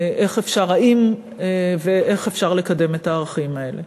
האם ואיך אפשר לקדם את הערכים האלה.